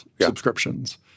subscriptions